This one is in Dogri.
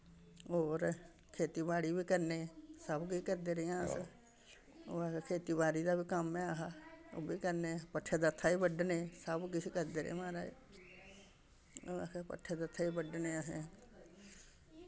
होर खेती बाड़ी बी करने सब किश करदे रेह् आं अस होर खेती बाड़ी दा बी कम्म ऐ हा ओह् बी करने भट्ठै दट्ठै बी बड्डने सब्भ किश करदे रेह् म्हाराज होर अस भट्ठै दट्ठै बी बड्डने असें